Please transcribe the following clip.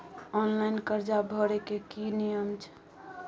Online कर्जा भरै के की नियम छै?